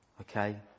Okay